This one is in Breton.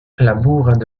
labourat